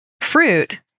fruit